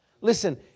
Listen